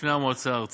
בפני המועצה הארצית.